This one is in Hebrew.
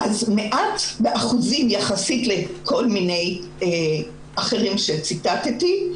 מעט באחוזים יחסית לאחרים שציטטתי,